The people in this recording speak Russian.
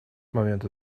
момента